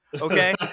okay